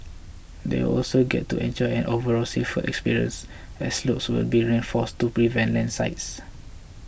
they will also get to enjoy an overall safer experience as slopes will be reinforced to prevent landslides